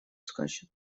скачет